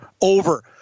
over